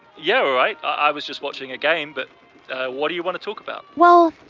yeah, all right. i was just watching a game. but what do you want to talk about? well,